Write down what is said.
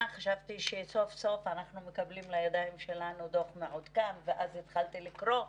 חשבתי שסוף סוף אנחנו מקבלים לידינו דוח מעודכן אבל אז התחלתי לקרוא,